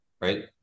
right